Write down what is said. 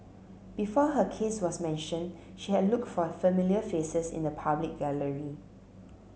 before her case was mention she had look for familiar faces in the public gallery